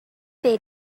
they